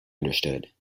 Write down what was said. understood